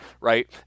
right